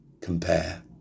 compare